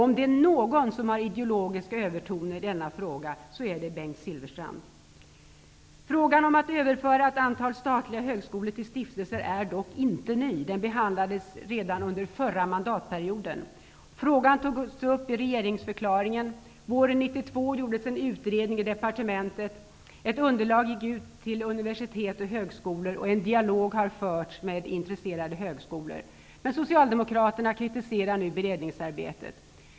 Om det är någon som tar till ideologiska övertoner i denna fråga, är det Frågan om att överföra ett antal statliga högskolor till stiftelser är dock inte ny. Den behandlades redan under förra mandatperioden. Frågan togs upp i regeringsförklaringen. Våren 1992 gjordes en utredning i departementet. Ett underlag gick ut till universitet och högskolor. En dialog har förts med intresserade högskolor. Socialdemokraterna kritiserar nu beredningsarbetet.